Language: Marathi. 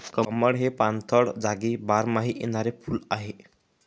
कमळ हे पाणथळ जागी बारमाही येणारे फुल आहे